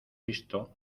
visto